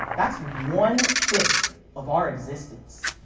that's one fifth of our existence.